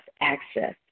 access